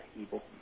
evil